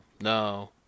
No